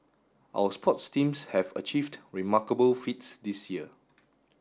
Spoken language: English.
our sports teams have achieved remarkable feats this year